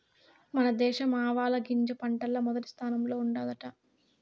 మన దేశం ఆవాలగింజ పంటల్ల మొదటి స్థానంలో ఉండాదట